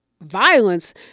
violence